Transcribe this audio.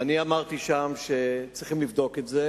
ואני אמרתי שם שצריכים לבדוק את זה,